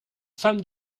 femmes